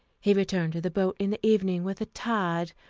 he returned to the boat in the evening, with a tired,